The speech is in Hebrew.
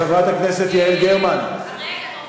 חברת הכנסת יעל גרמן, רגע.